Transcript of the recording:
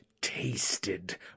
tasted